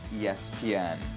ESPN